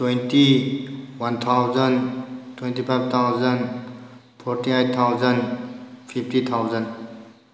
twenty one thousand twenty five thousand forty eight thousand fifty thousand